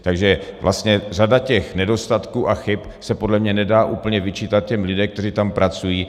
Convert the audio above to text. Takže vlastně řada těch nedostatků a chyb se podle mě nedá úplně vyčítat těm lidem, kteří tam pracují.